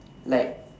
like